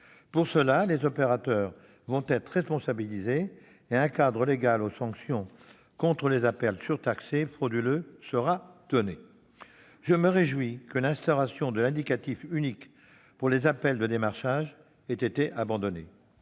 Pour cela, les opérateurs vont être responsabilisés et un cadre légal aux sanctions contre les appels surtaxés frauduleux sera donné. Je me réjouis que l'instauration de l'indicatif unique pour les appels de démarchage ait été abandonnée